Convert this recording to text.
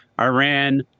Iran